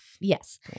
Yes